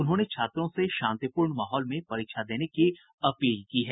उन्होंने छात्रों से शांतिपूर्ण माहौल में परीक्षा देने की अपील की है